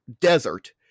desert